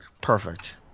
perfect